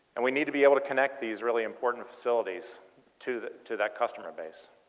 and we need to be able to connect these really important facilities to that to that customer base.